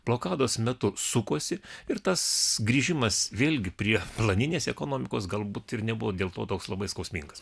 blokados metu sukosi ir tas grįžimas vėlgi prie planinės ekonomikos galbūt ir nebuvo dėl to toks labai skausmingas